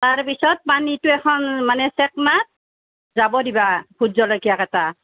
তাৰপিছত পানীটো এখন মানে চেক্নাত যাব দিবা ভোট জলকীয়াকেইটা